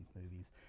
movies